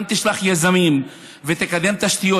גם תשלח יזמים ותקדם תשתיות.